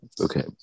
Okay